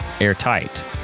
airtight